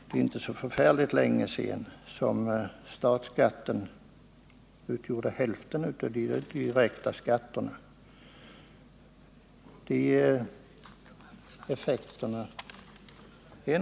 Det är inte så förfärligt länge sedan som statsskatten utgjorde hälften av de direkta skatterna.